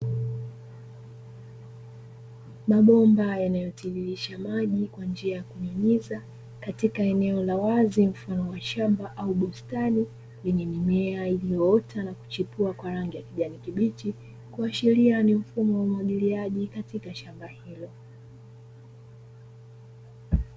Mabomba yanayotilirisha maji kwa njia ya kunyinyiza, katika eneo la wazi mfano wa shamba au bustani yenye mimea iliyoota na kuchipua kwa rangi kibichi, kuashiria ni mfumo wa umwagiliaji katika shamba hilo.